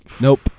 Nope